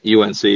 UNC